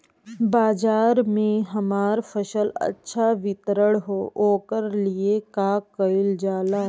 बाजार में हमार फसल अच्छा वितरण हो ओकर लिए का कइलजाला?